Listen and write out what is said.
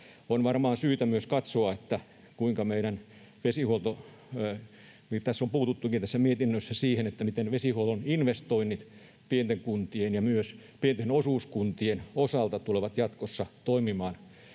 On varmaan syytä myös katsoa, kuten tässä mietinnössä on siihen puututtukin, miten vesihuollon investoinnit pienten kuntien ja myös pienten osuuskuntien osalta tulevat jatkossa toimimaan.